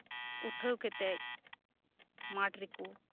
ᱩᱴᱷᱟᱹᱣ ᱠᱟᱛᱮᱫ ᱢᱟᱴ ᱨᱮᱠᱚ